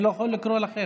אני לא יכול לקרוא לכם,